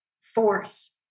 force